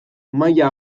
maila